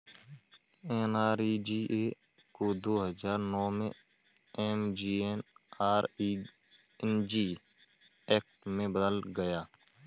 NREGA को दो हजार नौ में एम.जी.एन.आर.इ.जी एक्ट में बदला गया